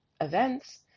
events